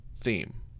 theme